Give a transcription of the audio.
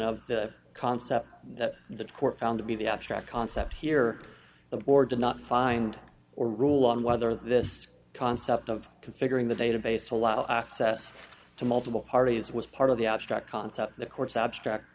of the concept that the court found to be the abstract concept here the board did not find or rule on whether this concept of configuring the database a lot of access to multiple parties was part of the abstract concept the courts abstract